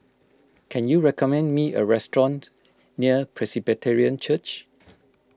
can you recommend me a restaurant near Presbyterian Church